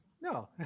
no